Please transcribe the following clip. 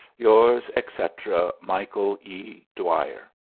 yours, etc, michael e. dwyer.